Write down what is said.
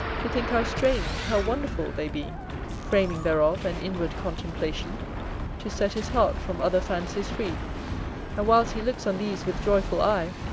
to think how strange, how wonderful they be framing thereof an inward contemplation to set his heart from other fancies free and whilst he looks on these with joyful eye,